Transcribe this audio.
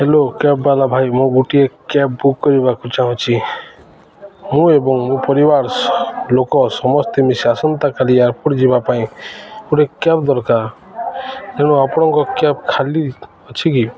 hello କ୍ୟାବ୍ବାଲା ଭାଇ ମୁଁ ଗୋଟିଏ କ୍ୟାବ୍ ବୁକ୍ କରିବାକୁ ଚାହୁଁଛି ମୁଁ ଏବଂ ମୋ ପରିବାର ଲୋକ ସମସ୍ତେ ମିଶି ଆସନ୍ତାକାଲି ଏୟାରପୋର୍ଟ ଯିବା ପାଇଁ ଗୋଟେ କ୍ୟାବ୍ ଦରକାର ତେଣୁ ଆପଣଙ୍କ କ୍ୟାବ୍ ଖାଲି ଅଛି କି